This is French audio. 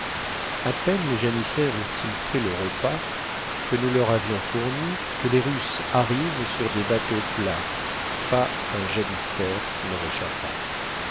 a peine les janissaires eurent-ils fait le repas que nous leur avions fourni que les russes arrivent sur des bateaux plats pas un janissaire ne réchappa